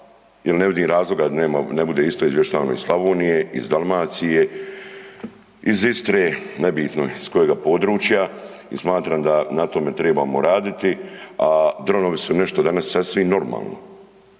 jer ne vidim razloga da ne bude isto izvještavano iz Slavonije, iz Dalmacije, iz Istre nebitno je s kojega područja i smatram da na tome tribamo raditi, a dronovi su nešto danas sasvim normalno.